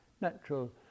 natural